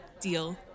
Deal